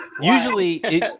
usually